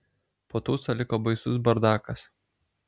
po tūso liko baisus bardakas